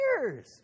years